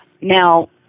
Now